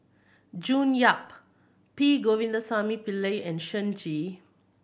June Yap P Govindasamy Pillai and Shen